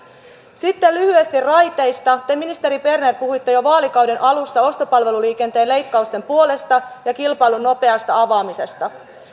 sitten lyhyesti raiteista te ministeri berner puhuitte jo vaalikauden alussa ostopalveluliikenteen leikkausten puolesta ja kilpailun nopeasta avaamisesta